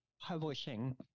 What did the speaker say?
publishing